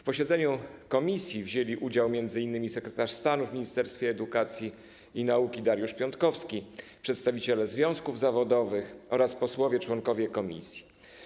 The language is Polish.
W posiedzeniu komisji wzięli udział m.in. sekretarz stanu w Ministerstwie Edukacji i Nauki Dariusz Piontkowski, przedstawiciele związków zawodowych oraz posłowie, członkowie komisji.